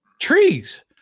Trees